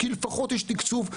כי לפחות יש תקצוב.